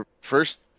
First